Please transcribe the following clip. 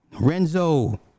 Renzo